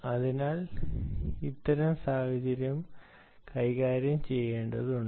അത്തരം സാഹചര്യങ്ങൾ കൈകാര്യം ചെയ്യേണ്ടതുണ്ട്